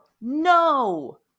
no